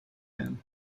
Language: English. him